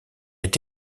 est